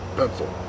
pencil